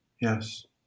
Yes